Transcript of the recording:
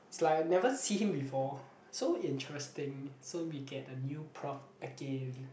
is like I never see him before so interesting so we get a new prof again